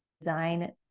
design